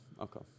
okay